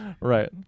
right